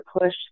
push